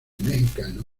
mexicano